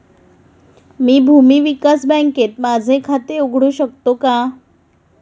मी भूमी विकास बँकेत माझे खाते उघडू शकतो का?